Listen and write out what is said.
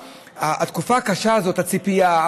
ובתקופה הקשה הזאת של הציפייה,